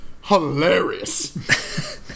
hilarious